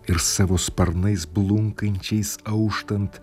ir savo sparnais blunkančiais auštant